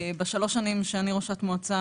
בשלוש השנים שאני ראשת מועצה,